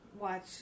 watch